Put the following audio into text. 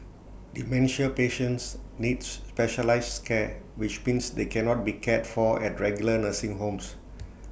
dementia patients needs specialised care which means they cannot be cared for at regular nursing homes